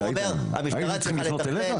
הוא אומר שהמשטרה צריכה לתכלל,